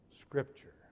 Scripture